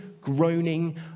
groaning